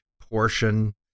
portion